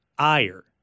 ire